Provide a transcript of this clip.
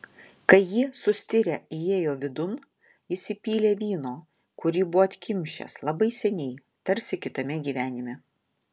kai jie sustirę įėjo vidun jis įpylė vyno kurį buvo atkimšęs labai seniai tarsi kitame gyvenime